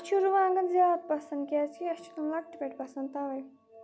اَسہِ چھُ رُوانٛگَن زیادٕ پَسنٛد کیٛازِکہِ اَسہِ چھِ تِم لۅکٹہِ پٮ۪ٹھ پَسنٛد تَوَے